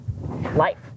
life